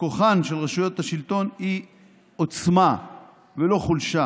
כוחן של רשויות השלטון היא עוצמה ולא חולשה.